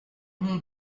mon